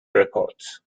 records